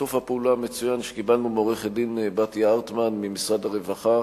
שיתוף הפעולה המצוין שקיבלנו מעורכת-הדין בתיה ארטמן ממשרד הרווחה,